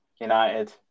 United